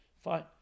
Fine